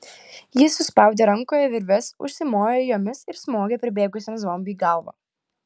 jis suspaudė rankoje virves užsimojo jomis ir smogė pribėgusiam zombiui į galvą